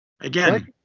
again